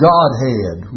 Godhead